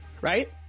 right